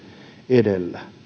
edellä